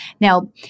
Now